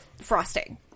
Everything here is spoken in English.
frosting